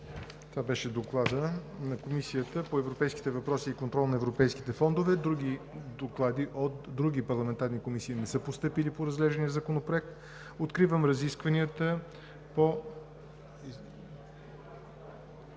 Това беше Докладът на Комисията по европейските въпроси и контрол на европейските фондове. Други доклади от други парламентарни комисии не са постъпили по разглеждания законопроект. Заповядайте